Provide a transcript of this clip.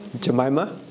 Jemima